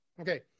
Okay